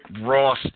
Ross